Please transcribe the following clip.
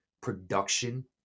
production